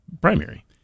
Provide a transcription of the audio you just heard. primary